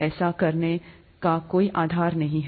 ऐसा करने का कोई आधार नहीं है